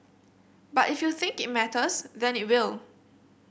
but if you think it matters then it will